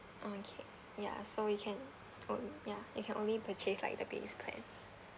okay ya so we can oo ya you can only purchase like the base plan